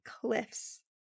cliffs